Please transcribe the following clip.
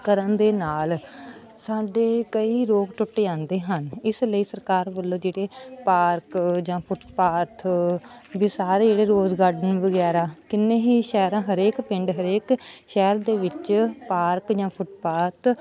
ਕਰਨ ਦੇ ਨਾਲ ਸਾਡੇ ਕਈ ਰੋਗ ਟੁੱਟ ਜਾਂਦੇ ਹਨ ਇਸ ਲਈ ਸਰਕਾਰ ਵੱਲੋਂ ਜਿਹੜੇ ਪਾਰਕ ਜਾਂ ਫੁੱਟਪਾਥ ਵੀ ਸਾਰੇ ਜਿਹੜੇ ਰੋਜ਼ ਗਾਰਡਨ ਵਗੈਰਾ ਕਿੰਨੇ ਹੀ ਸ਼ਹਿਰਾਂ ਹਰੇਕ ਪਿੰਡ ਹਰੇਕ ਸ਼ਹਿਰ ਦੇ ਵਿੱਚ ਪਾਰਕ ਜਾਂ ਫੁੱਟਪਾਥ